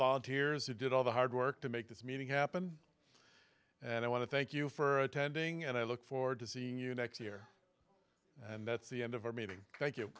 volunteers who did all the hard work to make this meeting happen and i want to thank you for attending and i look forward to seeing you next year and that's the end of our meeting thank you